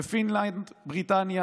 בפינלנד, בריטניה